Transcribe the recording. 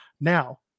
Now